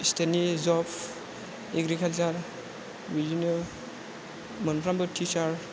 स्टेटनि जब एग्रिकाल्चार बिदिनो मोनफ्रोमबो टिचार